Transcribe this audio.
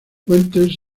fuentes